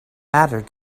mattered